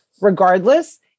regardless